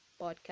podcast